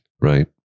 Right